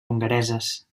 hongareses